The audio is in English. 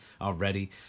already